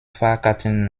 fahrkarten